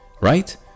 right